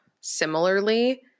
similarly